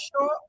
sure